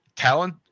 Talent